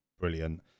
brilliant